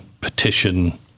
petition